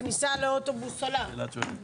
הכניסה לאוטובוס עולה.